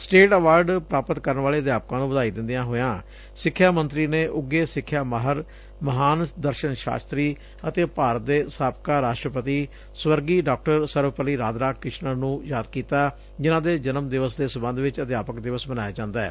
state award ਪ੍ਰਾਪਤ ਕਰਨ ਵਾਲੇ ਅਧਿਆਪਕਾਂ ਨੁੰ ਵਧਾਈ ਦਿੰਦਿਆਂ ਹੋਇਆਂ ਸਿੱਖਿਆ ਮੰਤਰੀ ਨੇ ਉਘੇ ਸਿੱਖਿਆ ਮਾਹਿਰ ਮਹਾਨ ਦਰਸ਼ਨ ਸਾਸ਼ਤਰੀ ਅਤੇ ਭਾਰਤ ਦੇ ਸਾਬਕਾ ਰਾਸ਼ਟਰਪਤੀ ਸਵਰਗੀ ਡਾ ਸਰਵਪੱਲੀ ਰਾਧਾਕ੍ਸਿਸਨਨ ਨੂੰ ਵੀ ਯਾਦ ਕੀਤਾ ਜਿਨੂਾਂ ਦੇ ਜਨਮ ਦਿਵਸ ਦੇ ਸਬੰਧ ਵਿੱਚ ਅਧਿਆਪਿਕ ਦਿਵਸ ਮਨਾਇਆ ਜਾਂਦੈ